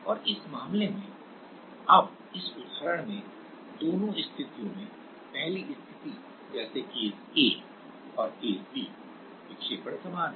और इस मामले में अब इस उदाहरण में दोनों स्थितियों में पहली स्थिति जैसे केस a और केस b विक्षेपण समान है